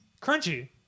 Crunchy